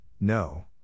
no